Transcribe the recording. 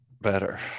better